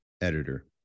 editor